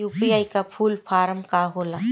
UPI का full form का होला?